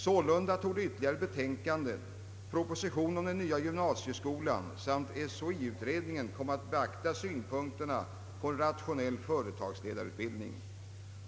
Sålunda torde ytterligare betänkanden, propositionen om den nya gymnasieskolan samt SHlI-utredningen komma att beakta synpunkterna på en rationell företagsledareutbildning.